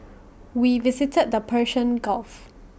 we visited the Persian gulf